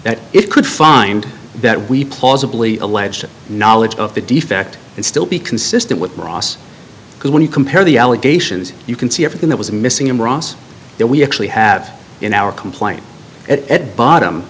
that it could find that we plausibly alleged knowledge of the defect and still be consistent with ross because when you compare the allegations you can see everything that was missing in ross that we actually have in our complaint at bottom